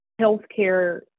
healthcare